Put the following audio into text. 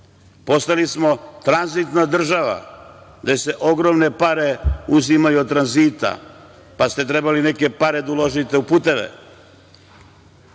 more. Postali smo tranzitna država, gde se ogromne pare uzimaju od tranzita, pa ste trebali neke pare da uložite u puteve.